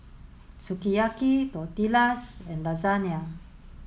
Sukiyaki Tortillas and Lasagne